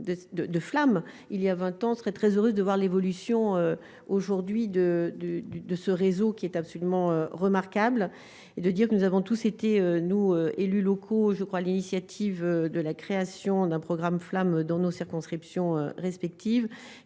de flammes, il y a 20 ans serait très heureuse de voir l'évolution aujourd'hui de du du de ce réseau qui est absolument remarquable et de dire que nous avons tous été nous, élus locaux, je crois, l'initiative de la création d'un programme flammes dans nos circonscriptions respectives